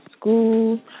school